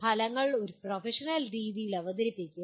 ഫലങ്ങൾ പ്രൊഫഷണൽ രീതിയിൽ അവതരിപ്പിക്കുക